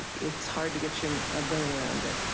it's hard to get your brain around it.